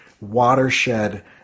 watershed